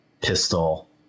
pistol